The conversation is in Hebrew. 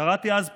קראתי אז פומבית,